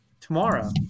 tomorrow